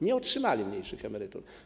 Nie otrzymali mniejszych emerytur.